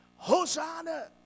hosanna